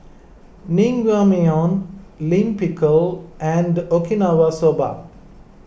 Naengmyeon Lime Pickle and Okinawa Soba